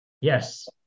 Yes